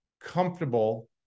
comfortable